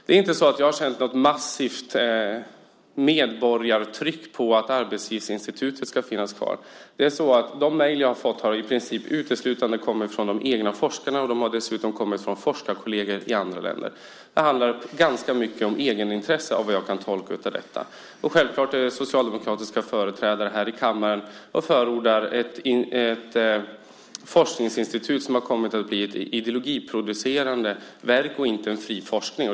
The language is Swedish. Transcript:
Jag har inte känt något massivt medborgartryck på att Arbetslivsinstitutet ska finnas kvar. De mejl jag har fått har i princip uteslutande kommit från de egna forskarna, och de har dessutom kommit från forskarkolleger i andra länder. Det handlar ganska mycket om egenintresse, vad jag kan tolka ut av detta. Självklart är det socialdemokratiska företrädare här i kammaren och förordar ett forskningsinstitut som har kommit att bli ett ideologiproducerande verk och inte en fri forskning.